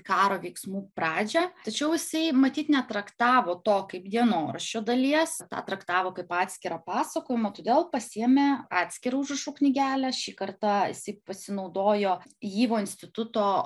karo veiksmų pradžią tačiau jisai matyt netraktavo to kaip dienoraščio dalies tą traktavo kaip atskirą pasakojimą todėl pasiėmė atskirą užrašų knygelę šį kartą jisai pasinaudojo yvo instituto